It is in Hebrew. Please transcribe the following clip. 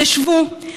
תשבו,